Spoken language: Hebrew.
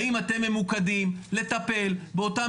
האם אתם ממוקדים לטפל באותם